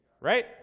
right